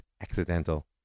accidental